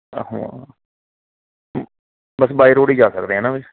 ਹਾਂ ਬਸ by road ਹੀ ਜਾ ਸਕਦੇ ਹੈ ਨਾ ਵੀ